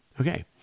Okay